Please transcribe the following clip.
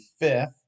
fifth